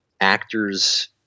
actors